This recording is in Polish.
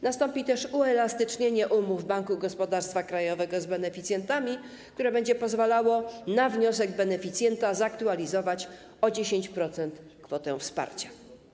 Nastąpi też uelastycznienie umów Banku Gospodarstwa Krajowego z beneficjentami, które będzie pozwalało na wniosek beneficjenta zaktualizować o 10% kwotę wsparcia.